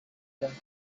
than